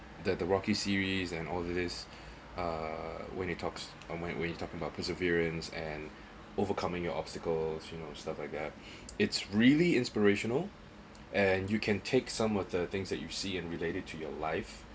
that the rocky series and all this uh when it talks um whe~ when you talking about perseverance and overcoming your obstacles you know stuff like that it's really inspirational and you can take some of the things that you see and related to your life